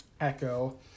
Echo